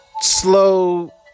Slow